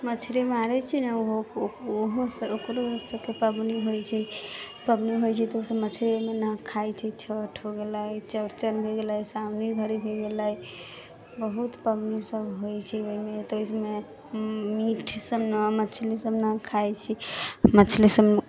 मछली मारैत छी ने ओहोसँ ओकरो सबके पबनी होइत छै पबनी होइत छै तऽ ओ सब मछरी ओहिमे नहि खाइत छै छठि हो गेलए चौड़चन भए गेलए सावनी घड़ी भए गेलए बहुत पबनी सब होइत छै ओहिमे मीट सब नहि मछली सब नहि खाइत छी मछली सब